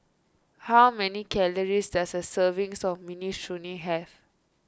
how many calories does a serving of Minestrone have